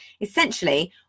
Essentially